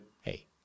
hey